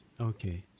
Okay